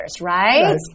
right